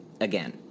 again